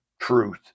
truth